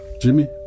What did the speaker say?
Jimmy